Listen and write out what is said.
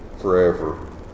forever